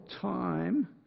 time